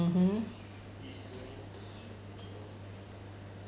mmhmm